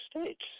states